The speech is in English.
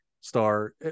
star